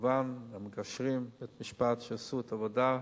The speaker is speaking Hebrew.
וכמובן את המגשרים ובית-המשפט שעשו את העבודה.